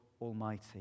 Almighty